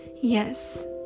Yes